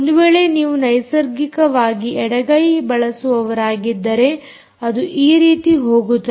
ಒಂದು ವೇಳೆ ನೀವು ನೈಸರ್ಗಿಕವಾಗಿ ಎಡಗೈ ಬಳಸುವವರಾಗಿದ್ದರೆ ಅದು ಈ ರೀತಿ ಹೋಗುತ್ತದೆ